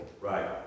Right